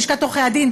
לשכת עורכי-הדין,